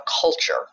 culture